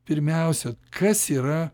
pirmiausia kas yra